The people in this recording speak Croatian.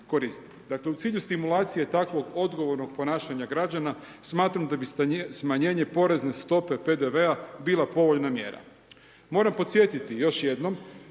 Dakle u cilju stimulacije takvog odgovornog ponašanja građana smatram da bi smanjenje porezne stope PDV-a bila povoljna mjera. Moram podsjetiti još jednom